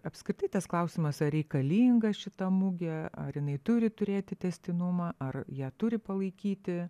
apskritai tas klausimas ar reikalinga šita mugė ar jinai turi turėti tęstinumą ar ją turi palaikyti